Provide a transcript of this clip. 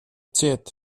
ciet